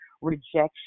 rejection